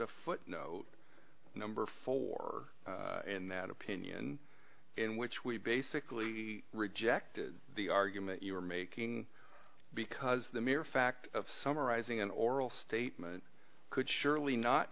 a footnote number four in that opinion in which we've basically rejected the argument you were making because the mere fact of summarizing an oral statement could surely not